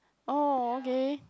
oh okay